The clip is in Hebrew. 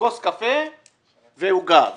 כוס קפה ואוכלת עוגה,